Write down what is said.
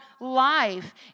life